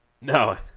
No